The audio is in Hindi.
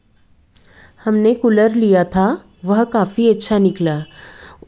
हमने कूलर लिया था वह काफ़ी अच्छा निकला